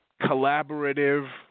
collaborative